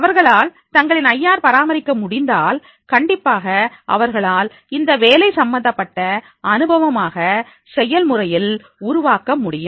அவர்களால் தங்களின் ஐஆர் பராமரிக்க முடிந்தால் கண்டிப்பாக அவர்களால் அதை வேலை சம்மந்தப்பட்ட அனுபவமாக செயல்முறையில் உருவாக்க முடியும்